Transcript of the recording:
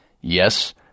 Yes